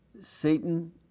Satan